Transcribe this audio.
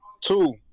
Two